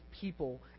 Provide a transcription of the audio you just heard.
people